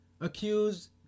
accused